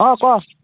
অঁ ক